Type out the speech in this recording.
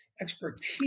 expertise